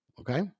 Okay